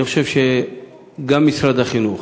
אני חושב שגם משרד החינוך,